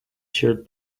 shirt